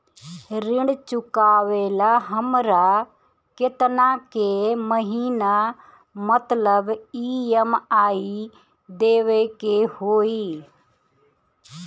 ऋण चुकावेला हमरा केतना के महीना मतलब ई.एम.आई देवे के होई?